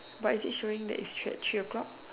but is it showing that its at three o'clock